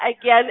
again